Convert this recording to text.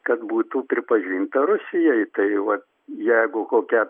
kad būtų pripažinta rusijai tai va jeigu kokią